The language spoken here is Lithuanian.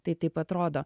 tai taip atrodo